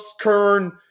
Kern